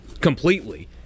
completely